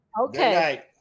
Okay